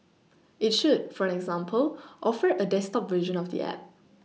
it should for example offer a desktop version of the app